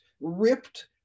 ripped